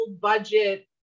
budget